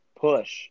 push